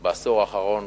בעשור האחרון